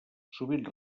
sovint